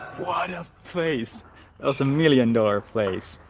face that's a million-dollar place